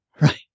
Right